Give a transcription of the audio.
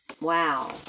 wow